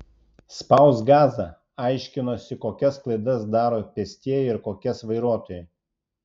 spausk gazą aiškinosi kokias klaidas daro pėstieji ir kokias vairuotojai